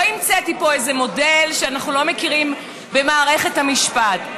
לא המצאתי פה איזה מודל שאנחנו לא מכירים במערכת המשפט.